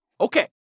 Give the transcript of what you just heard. Okay